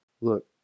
look